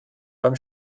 beim